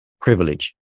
privilege